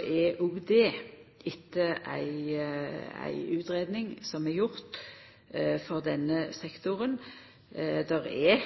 er òg det etter ei utgreiing som er gjord for denne sektoren. Det er